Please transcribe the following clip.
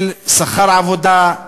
של שכר עבודה,